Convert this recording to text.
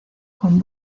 con